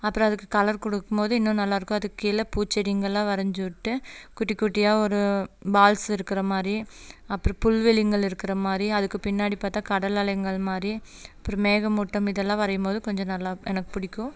அப்புறம் அதுக்கு கலரு கொடுக்மோது இன்னும் நல்லாயிருக்கும் அதுக்கு கீழே பூச்செடிங்கெல்லாம் வரைஞ்சி விட்டு குட்டி குட்டியாக ஒரு பால்ஸு இருக்கிற மாதிரி அப்புறம் புல்வெளிங்கள் இருக்கிற மாதிரி அதுக்கு பின்னாடி பார்த்தா கடல் அலைங்கள் மாதிரி அப்புறம் மேகம் மூட்டம் இதெல்லாம் வரையும் போது கொஞ்சம் நல்லா எனக்கு பிடிக்கும்